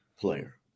player